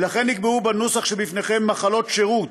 ולכן נקבעו בנוסח שבפניכם "מחלות שירות",